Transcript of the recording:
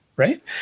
right